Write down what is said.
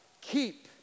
Keep